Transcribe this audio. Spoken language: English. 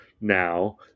now